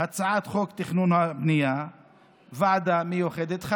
יש בה סניף דואר שמשרת 20,000 תושבים.